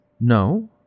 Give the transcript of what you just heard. No